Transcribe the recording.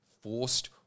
forced